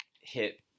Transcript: hit